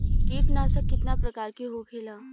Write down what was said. कीटनाशक कितना प्रकार के होखेला?